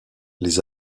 les